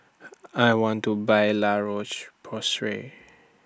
I want to Buy La Roche Porsay